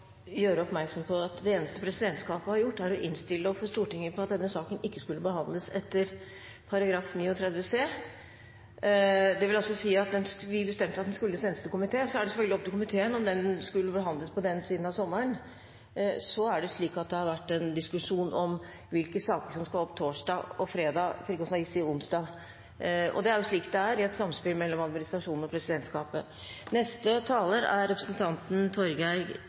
gjøre oppmerksom på at det eneste presidentskapet har gjort, er å innstille overfor Stortinget på at denne saken ikke skulle behandles etter § 39 c, det vil altså si at vi bestemte at den skulle sendes til komiteen. Det var selvfølgelig opp til komiteen om den skulle behandles på denne siden av sommeren. Det har vært en diskusjon om hvilke saker som skal opp torsdag og fredag, for ikke å snakke om onsdag, og det er jo slik det er i et samspill mellom administrasjonen og presidentskapet.